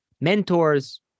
mentors